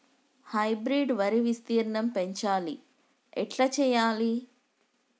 Hybrid వరి విస్తీర్ణం పెంచాలి ఎట్ల చెయ్యాలి?